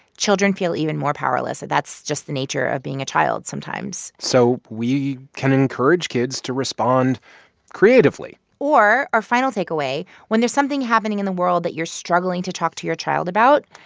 children feel even more powerless. that's just the nature of being a child sometimes so we can encourage kids to respond creatively or our final takeaway when there's something happening in the world that you're struggling to talk to your child about.